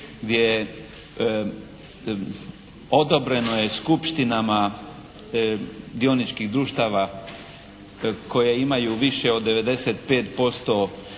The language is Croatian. gdje je odobreno je skupštinama dioničkih društava koje imaju više od 95%